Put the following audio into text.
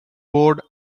board